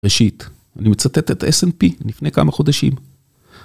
ראשית, אני מצטט את ה-SNP לפני כמה חודשים.